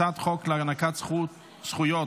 הצעת חוק להענקת זכויות